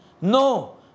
No